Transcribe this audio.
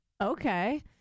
Okay